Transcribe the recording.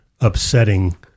upsetting